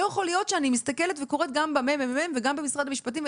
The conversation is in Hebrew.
לא יכול להיות שאני קוראת גם בממ"מ וגם במשרד המשפטים,